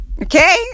okay